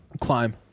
climb